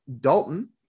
dalton